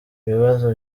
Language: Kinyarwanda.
bibazo